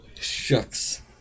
Shucks